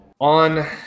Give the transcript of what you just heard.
on